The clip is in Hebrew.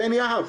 בעין יהב,